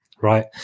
right